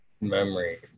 memory